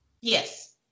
Yes